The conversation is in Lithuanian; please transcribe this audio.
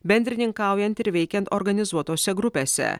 bendrininkaujant ir veikiant organizuotose grupėse